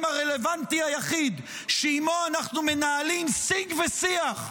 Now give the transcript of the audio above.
הרלוונטי היחיד שעימו אנחנו מנהלים שיג ושיח,